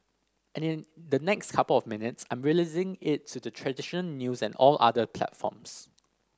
and in the next couple of minutes I'm releasing it to the tradition news and all other platforms